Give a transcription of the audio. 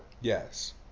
Yes